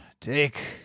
Take